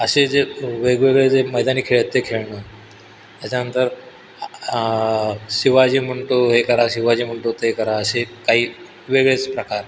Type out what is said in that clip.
असे जे वेगवेगळे जे मैदानी खेळ आहेत ते खेळणं त्याच्यानंतर शिवाजी म्हणतो हे करा शिवाजी म्हणतो ते करा असे काही वेगळेच प्रकार